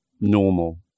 normal